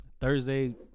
Thursday